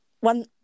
one